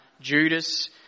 Judas